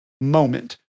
moment